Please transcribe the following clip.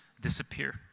disappear